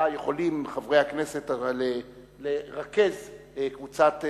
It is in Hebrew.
שיכולים חברי הכנסת לרכז קבוצת,